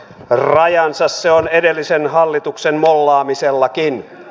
rajansa se on edellisen hallituksen mollaamisellakin